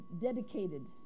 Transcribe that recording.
dedicated